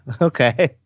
Okay